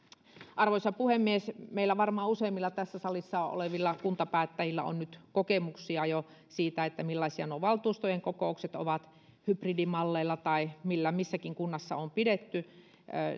arvoisa puhemies meillä varmaan useimmilla tässä salissa olevilla kuntapäättäjillä on nyt kokemuksia jo siitä millaisia valtuustojen kokoukset ovat hybridimalleilla tai millä missäkin kunnassa on pidetty